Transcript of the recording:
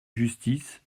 justice